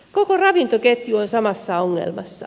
koko ravintoketju on samassa ongelmassa